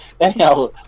Anyhow